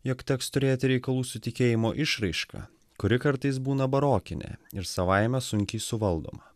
jog teks turėti reikalų su tikėjimo išraiška kuri kartais būna barokinė ir savaime sunkiai suvaldoma